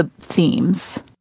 themes